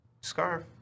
scarf